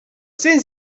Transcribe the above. cinq